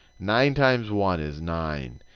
nine times one is nine.